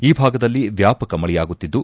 ಈ ಭಾಗದಲ್ಲಿ ವ್ಯಾಪಕ ಮಳೆಯಾಗುತ್ತಿದ್ದು